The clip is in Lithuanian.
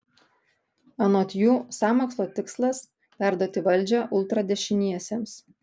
anot jų sąmokslo tikslas perduoti valdžią ultradešiniesiems